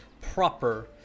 proper